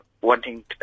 wanting